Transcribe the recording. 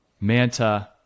Manta